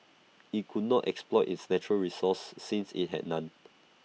IT could not exploit its natural resources since IT had none